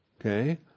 Okay